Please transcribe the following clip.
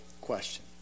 question